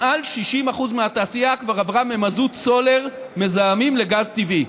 מעל 60% מהתעשייה כבר עברה ממזוט וסולר מזהמים לגז טבעי.